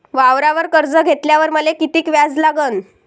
वावरावर कर्ज घेतल्यावर मले कितीक व्याज लागन?